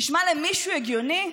נשמע למישהו הגיוני?